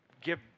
give